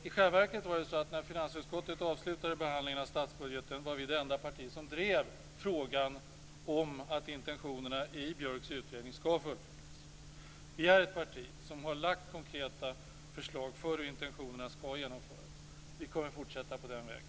I själva verket är det så att vi, när finansutskottet avslutade sin behandling av statsbudgeten, var det enda partiet som drev frågan om att intentionerna i Björks utredning skulle fullföljas. Centern är ett parti som har lagt fram konkreta förslag om hur intentionerna skall genomföras och vi kommer att fortsätta på den vägen.